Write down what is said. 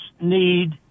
need